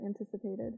anticipated